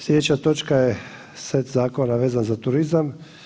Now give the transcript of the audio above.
Sljedeća točka je set zakona vezan za turizam.